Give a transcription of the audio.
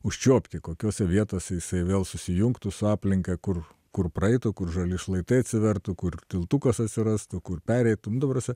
užčiuopti kokiose vietose jisai vėl susijungtų su aplinka kur kur praeitų kur žali šlaitai atsivertų kur tiltukas atsirastų kur pereitum ta prasme